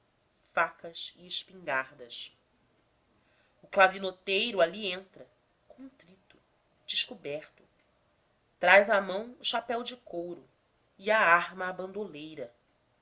facas e espingardas o clavinoteiro ali entra contrito descoberto traz à mão o chapéu de couro e a arma à bandoleira